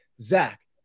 Zach